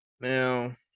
Now